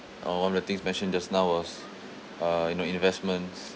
uh one of the things mentioned just now was uh you know investments